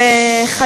ששש.